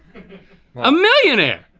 a millionaire.